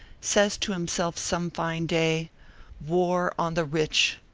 says to himself some fine day war on the rich!